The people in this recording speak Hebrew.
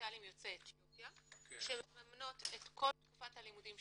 סוציאליים יוצאי אתיופיה שמממנות את כל שלוש שנות תקופת הלימודים,